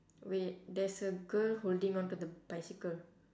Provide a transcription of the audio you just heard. wait there's a girl holding on to the bicycle